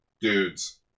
dudes